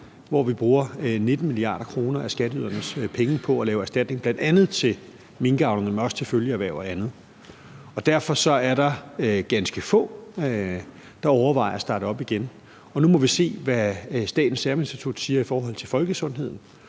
hvor vi bruger 19 mia. kr. af skatteydernes penge på at give erstatning til bl.a. minkavlerne, men også til følgeerhverv og andet. Derfor er der ganske få, der overvejer at starte op igen. Nu må vi se, hvad Statens Serum Institut siger i forhold til folkesundheden,